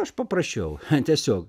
aš paprašiau tiesiog